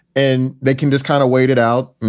and they can just kind of wait it out.